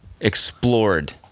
explored